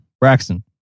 Braxton